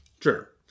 Sure